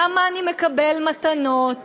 למה אני מקבל מתנות,